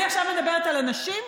אני עכשיו מדברת על הנשים,